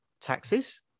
taxes